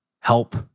help